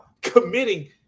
committing